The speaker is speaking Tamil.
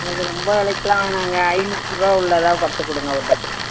எனக்கு ரொம்ப விலைக்குலாம் வேணாங்க ஐநூறுபா உள்ளதாக பார்த்து கொடுங்க ஒரு டஜன்